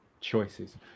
choices